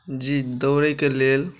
जी दौड़ैके लेल